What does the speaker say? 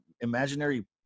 imaginary